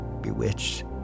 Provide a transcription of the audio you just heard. bewitched